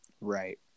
Right